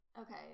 Okay